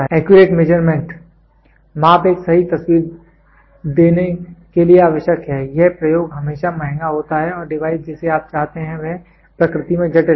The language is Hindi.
एक्यूरेट मेजरमेंट माप एक सही तस्वीर देने के लिए आवश्यक है यह प्रयोग हमेशा महँगा होता है और डिवाइस जिसे आप चाहते हैं वह प्रकृति में जटिल है